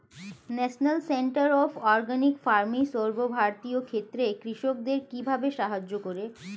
National centre of organic farming সর্বভারতীয় ক্ষেত্রে কৃষকদের কিভাবে সাহায্য করে?